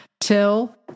Till